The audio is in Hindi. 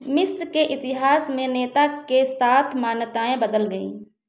मिस्र के इतिहास में नेता के साथ मान्यताएँ बदल गईं